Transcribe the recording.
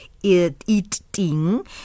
Eating